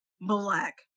black